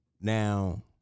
Now